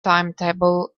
timetable